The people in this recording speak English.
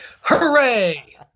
Hooray